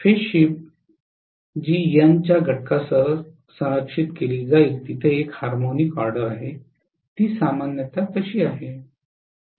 phase shift G N च्या घटकासह संरक्षित केली जाईल जिथे एन हार्मोनिक ऑर्डर आहे ती सामान्यत कशी आहे